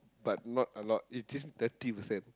but not a lot it teach me thirty percent